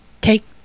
take